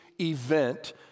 event